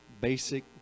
basic